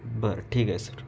बरं ठीक आहे सर